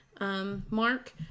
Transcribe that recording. mark